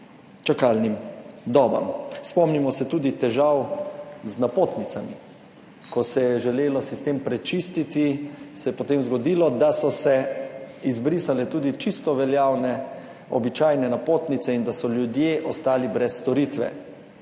čakalnim dobam. Spomnimo se tudi težav z napotnicami - ko se je želelo sistem prečistiti, se je potem zgodilo, da so se izbrisale tudi povsem veljavne običajne napotnice in da so ljudje ostali brez storitve.